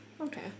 okay